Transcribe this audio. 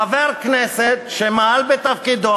חבר כנסת שמעל בתפקידו,